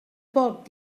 poc